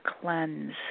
cleanse